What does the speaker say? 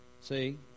See